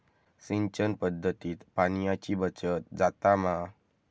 सिंचन पध्दतीत पाणयाची बचत जाता मा?